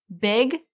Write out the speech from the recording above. Big